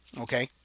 okay